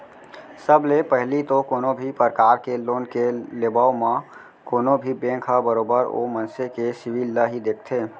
सब ले पहिली तो कोनो भी परकार के लोन के लेबव म कोनो भी बेंक ह बरोबर ओ मनसे के सिविल ल ही देखथे